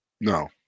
No